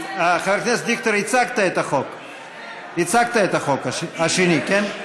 חבר הכנסת דיכטר, הצגת את החוק השני, כן?